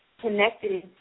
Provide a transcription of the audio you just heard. connected